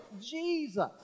Jesus